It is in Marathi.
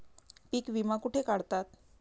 पीक विमा कुठे काढतात?